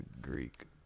Greek